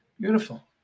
Beautiful